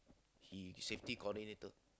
he safety coordinator